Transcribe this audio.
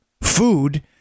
food